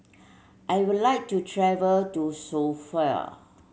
I would like to travel to Sofia